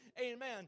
amen